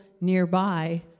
nearby